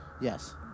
Yes